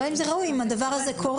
לא אם זה ראוי, אם הדבר כזה קורה.